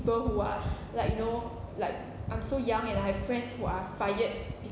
people who are like you know like I'm so young and I have friends who are fired